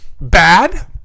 Bad